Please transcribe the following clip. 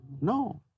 No